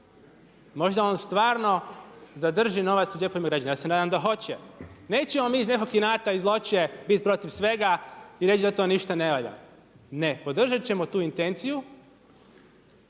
Možda on stvarno zadrži novac u džepovima građana. Ja se nadam da hoće. Nećemo mi iz nekog inata i zloće bit protiv svega i reći da to ništa ne valja. Ne, podržat ćemo tu intenciju